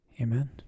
Amen